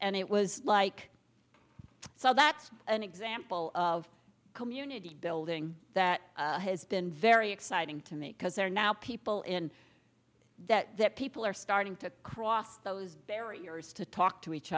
and it was like so that's an example of community building that has been very exciting to me because there are now people in that that people are starting to cross those barriers to talk to each